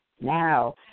now